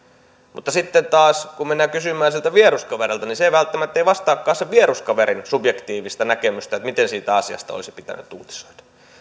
mutta sitten taas kun mennään kysymään siltä vieruskaverilta niin se ei välttämättä vastaakaan sen vieruskaverin subjektiivista näkemystä miten siitä asiasta olisi pitänyt uutisoida